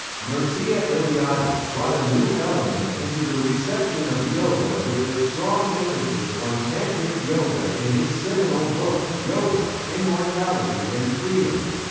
mircea eliade brought a new element into the reception of yoga with the strong emphasis on tantric yoga in his seminal book yoga immortality and freedom.